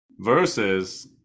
versus